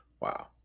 Wow